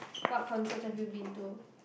what concerts have you been to